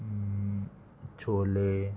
chole